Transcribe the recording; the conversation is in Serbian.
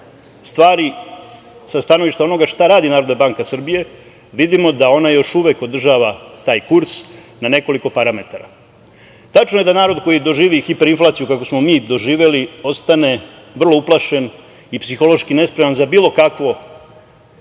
stvari sa stanovišta onoga šta radi NBS vidimo da ona još uvek održava taj kurs na nekoliko parametara. Tačno je da narod koji doživi hiperinflaciju kakvu smo mi doživeli ostane vrlo uplašen i psihološki nespreman za bilo kakvo